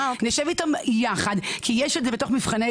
כי יש את זה בתוך מבחני